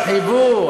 אז חייבו,